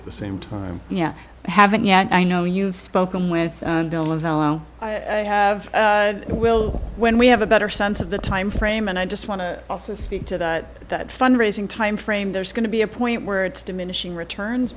at the same time yeah i haven't yet i know you've spoken with bill avello i have will when we have a better sense of the time frame and i just want to also speak to that that fund raising time frame there's going to be a point where it's diminishing returns